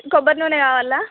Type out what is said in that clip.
కొబ్బరినూనె కావాల